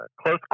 close